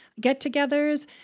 get-togethers